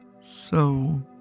So